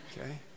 Okay